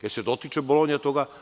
Da li se dotiče Bolonja toga?